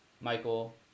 michael